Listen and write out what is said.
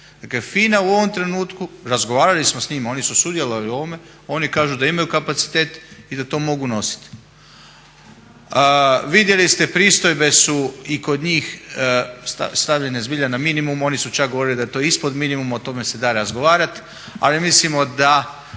Dakle FINA u ovom trenutku, razgovarali smo s njima, oni su sudjelovali u ovome, oni kažu da imaju kapacitet i da to mogu nositi. Vidjeli ste pristojbe su i kod njih stavljene zbilja na minimum, oni su čak govorili da je to ispod minimuma, o tome se da razgovarati. Ali mislimo da